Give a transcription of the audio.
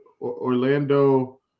orlando